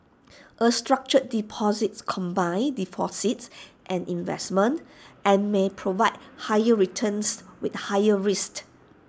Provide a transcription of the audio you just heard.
A structured deposits combines deposits and investments and may provide higher returns with higher risks